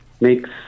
makes